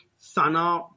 Sana